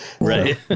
Right